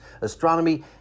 astronomy